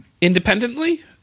Independently